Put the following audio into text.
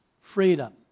Freedom